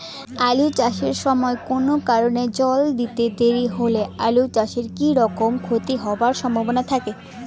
আলু চাষ এর সময় কুনো কারণে জল দিতে দেরি হইলে আলুর কি রকম ক্ষতি হবার সম্ভবনা থাকে?